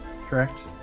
Correct